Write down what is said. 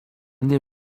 nie